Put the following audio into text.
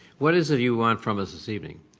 what is it you want from us this evening?